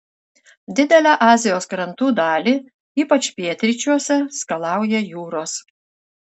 didelę azijos krantų dalį ypač pietryčiuose skalauja jūros